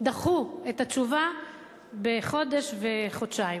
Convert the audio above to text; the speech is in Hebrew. דחו את התשובה בחודש וחודשיים.